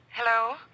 Hello